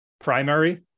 Primary